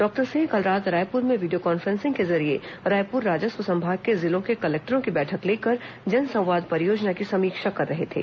doctor Singh कल रात रायपुर में वीडियो कॉन् फ्रेंसिंग के जरिये रायपुर राजस्व संभाग के जिलों के कलेक्टरों की बैठक लेकर जनसंवाद परियोजना की समीक्षा कर रहे थे